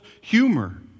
humor